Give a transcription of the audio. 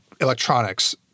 electronics